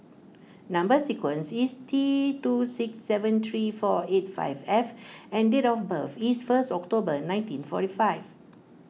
Number Sequence is T two six seven three four eight five F and date of birth is first October nineteen forty five